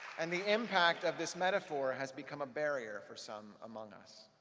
and the impact of this metaphor has become a barrier for some among us.